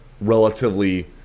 relatively